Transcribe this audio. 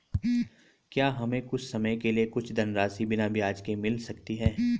क्या हमें कुछ समय के लिए कुछ धनराशि बिना ब्याज के मिल सकती है?